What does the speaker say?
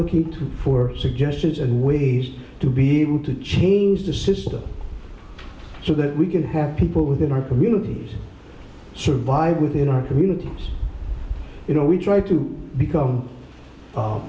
looking for suggestions and ways to be able to change the system so that we can have people within our communities survive within our communities you know we try to become